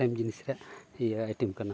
ᱦᱮᱲᱮᱢ ᱡᱤᱱᱤᱥ ᱨᱮᱭᱟᱜ ᱤᱭᱟᱹ ᱟᱭᱴᱮᱢ ᱠᱟᱱᱟ